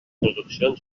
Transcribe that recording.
traduccions